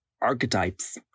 archetypes